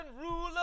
ruler